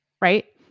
right